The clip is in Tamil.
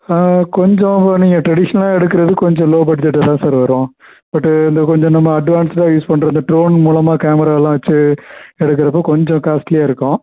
ஆ கொஞ்சம் நீங்கள் ட்ரடிஷனலா எடுக்கிறது கொஞ்சம் லோ பட்ஜெட்டாதாக சார் வரும் பட் இன்னும் கொஞ்சம் நம்ம அட்வான்ஸ்டா யூஸ் பண்ணுறது இந்த ட்ரோன் மூலமாக கேமராலா வச்சு எடுக்கிறப்ப கொஞ்சம் காஸ்லியாக இருக்கும்